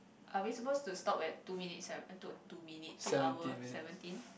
are we supposed to stop at two minute seven uh two minute two hour seventeen